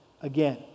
again